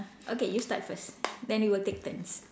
okay you start first then we will take turns